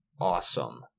awesome